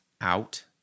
out